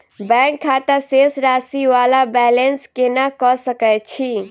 Bank खाता शेष राशि वा बैलेंस केना कऽ सकय छी?